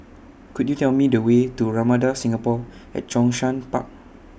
Could YOU Tell Me The Way to Ramada Singapore At Zhongshan Park